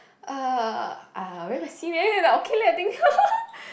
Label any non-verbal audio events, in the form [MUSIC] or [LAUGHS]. uh uh very messy meh okay leh I think [LAUGHS]